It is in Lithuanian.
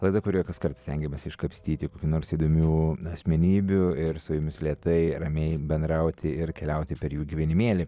laida kurioje kaskart stengiamės iškapstyti kokių nors įdomių asmenybių ir su jumis lėtai ramiai bendrauti ir keliauti per jų gyvenimėlį